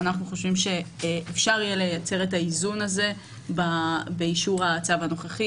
אנחנו חושבים שאפשר יהיה לייצר את האיזון הזה באישור הצו הנוכחי,